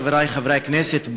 חברי חברי הכנסת,